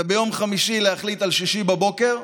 וביום חמישי להחליט על שישי בבוקר,